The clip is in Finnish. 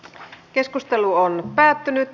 keskustelu päättyi